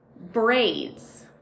braids